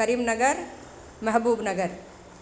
Karimnagar Mahabubnagar